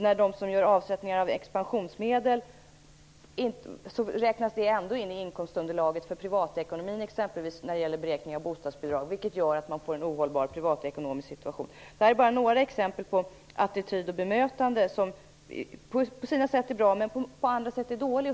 För dem som gör avsättningar för expansionsmedel, räknas detta ändå in i inkomstunderlaget för privatekonomin vid beräkning av bostadsbidrag, vilket gör att det blir en ohållbar privatekonomisk situation. Detta är bara några exempel på attityd och bemötande som på sina sätt är bra, men på andra sätt är dåligt.